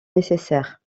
nécessaire